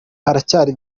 haracyari